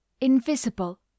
invisible